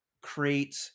create